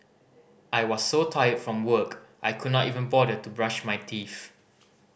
I was so tired from work I could not even bother to brush my teeth